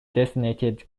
designated